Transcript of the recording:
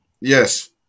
Yes